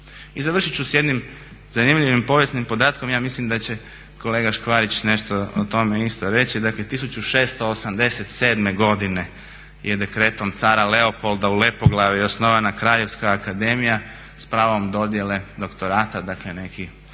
I završiti ću s jednim zanimljivim povijesnim podatkom, ja mislim da će kolega Škvarić nešto o tome isto reći, dakle 1687. godine je dekretom cara Leopolda u Lepoglavi osnovana Kraljevska akademija sa pravom dodjele doktorata, dakle neki